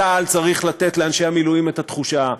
צה"ל צריך לתת לאנשי המילואים את התחושה,